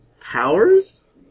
powers